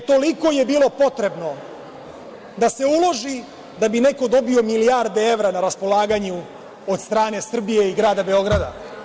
E, toliko je bilo potrebno da se uloži da bi neko dobio milijarde evra na raspolaganju od strane Srbije i Grada Beograda.